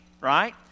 right